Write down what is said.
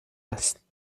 است